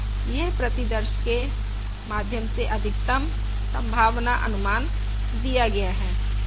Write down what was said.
यह प्रतिदर्श के माध्यम से अधिकतम संभावना अनुमान दिया गया है